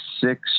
six